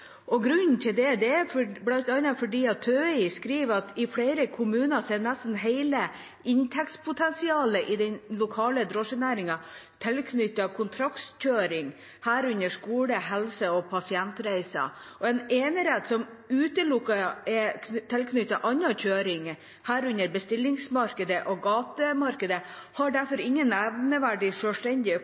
Grunnen til det er bl.a. at TØI skriver at i flere kommuner er nesten hele inntektspotensialet i den lokale drosjenæringen tilknyttet kontraktkjøring, herunder skole-, helse- og pasientreiser. En enerett som utelukkende er tilknyttet annen kjøring, herunder bestillingsmarkedet og gatemarkedet, har derfor ingen